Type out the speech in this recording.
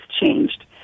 changed